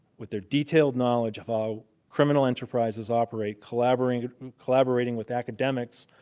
with their detailed knowledge of ah criminal enterprises operate, collaborating collaborating with academics,